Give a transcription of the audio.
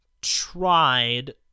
tried